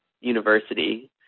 university